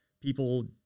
people